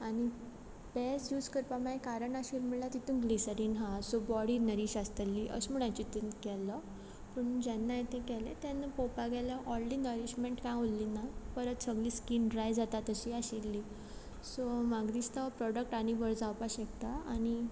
आनी Pears use करपा म्हागे कारण अशें म्हणल्यार तितू ग्लिसरीन आहा सो बॉडी नरिश आसतली अशें म्हूण हांयें चिंतून केल्लो पूण जेन्ना हांयें तें केलें तेन्ना पोवपा गेल्यार व्हडलें नोरीशमेंट कांय उरलें ना परत सगलें स्कीन ड्राय जाता तशी आशिल्ली सो म्हाका दिसता हो प्रोडक्ट आनी बरो जावपा शकता आनी